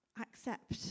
accept